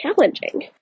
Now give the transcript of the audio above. challenging